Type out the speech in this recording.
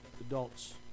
adults